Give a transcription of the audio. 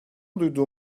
duyduğu